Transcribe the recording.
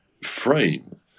frame